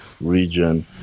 region